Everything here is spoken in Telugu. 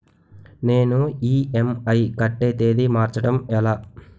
నేను ఇ.ఎం.ఐ కట్టే తేదీ మార్చడం ఎలా?